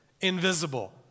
invisible